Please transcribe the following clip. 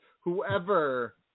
whoever